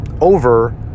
over